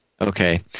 Okay